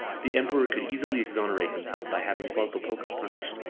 the emperor could easily exonerate himself by having qualpopoca punished,